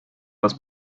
was